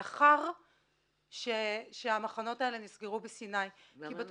לאחר שהמחנות האלה כבר נסגרו בסיני -- למה הם נסגרו?